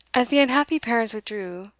as the unhappy parents withdrew,